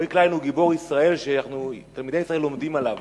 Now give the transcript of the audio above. רועי קליין הוא גיבור ישראל שתלמידי ישראל לומדים עליו.